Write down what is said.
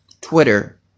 Twitter